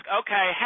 okay